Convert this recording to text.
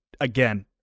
again